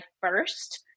first